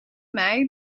mij